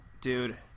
Dude